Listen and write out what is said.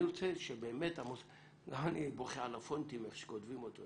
אני בוכה על הפונטים, איך שכותבים אותו.